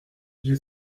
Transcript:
j’ai